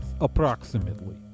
approximately